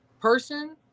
person